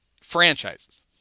franchises